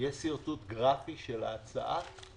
שרטוט גרפי של ההצעה?